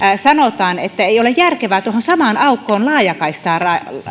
sanotaan että ei ole järkevää tuohon samaan aukkoon laajakaistaa